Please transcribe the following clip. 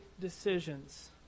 decisions